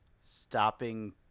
stopping